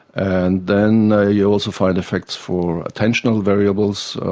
and then you also find effects for attentional variables,